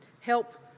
help